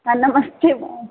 हाँ नमस्ते सर